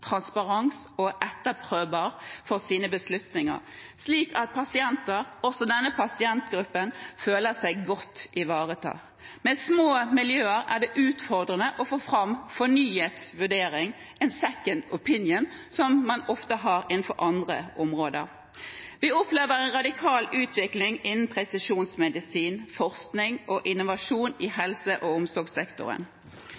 og etterprøvbarhet for sine beslutninger, slik at pasienter – også denne pasientgruppen – føler seg godt ivaretatt. Med små miljøer er det utfordrende å få fram fornyet vurdering – en «second opinion», som man ofte har innenfor andre områder. Vi opplever en radikal utvikling innen presisjonsmedisin, forskning og innovasjon i